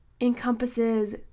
encompasses